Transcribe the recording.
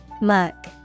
Muck